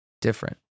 different